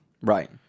Right